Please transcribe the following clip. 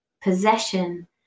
possession